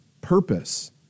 purpose